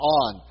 on